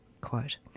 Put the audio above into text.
Quote